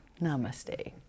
namaste